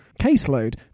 caseload